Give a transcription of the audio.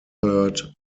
third